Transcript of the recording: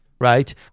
right